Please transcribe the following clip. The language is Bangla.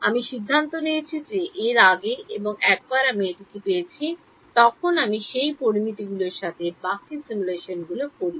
আমি সিদ্ধান্ত নিয়েছি যে এর আগে এবং একবার আমি এটি পেয়েছি তখন আমি সেই পরামিতিগুলির সাথে বাকী সিমুলেশনগুলি করি